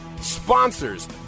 sponsors